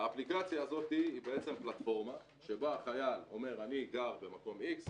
האפליקציה הזאת היא בעצם פלטפורמה שבה החייל אומר 'אני גר במקום X,